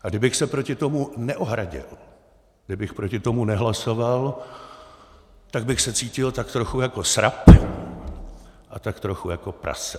A kdybych se proti tomu neohradil, kdybych proti tomu nehlasoval, tak bych se cítil tak trochu jako srab a tak trochu jako prase!